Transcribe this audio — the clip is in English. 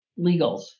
legals